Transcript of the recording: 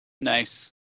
Nice